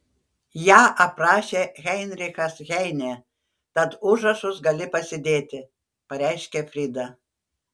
ją aprašė heinrichas heinė tad užrašus gali pasidėti pareiškė frida